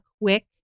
quick